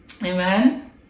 Amen